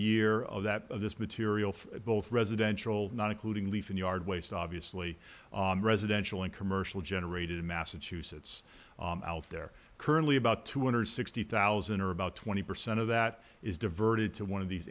year of that of this material for both residential not including leaf and yard waste obviously residential and commercial generated in massachusetts out there currently about two hundred and sixty thousand dollars or about twenty percent of that is diverted to one of these